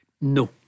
no